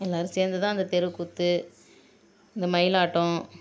எல்லாரும் சேர்ந்து தான் அந்த தெருக்கூத்து இந்த மயிலாட்டம்